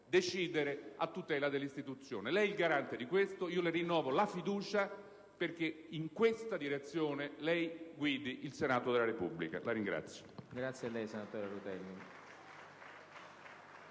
un'altra, a tutela dell'istituzione. Lei è garante di questo ed io le rinnovo la fiducia perché in questa direzione lei guidi il Senato della Repubblica. *(Applausi